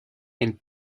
and